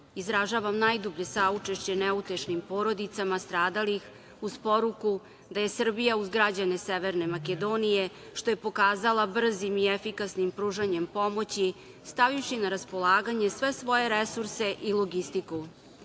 Izražavam najdublje saučešće neutešnim porodicama stradalim, uz poruku da je Srbija uz građane Severne Makedonije, što je pokazala brzim i efikasnim pružanjem pomoći, stavivši na raspolaganje sve svoje resurse i logistiku.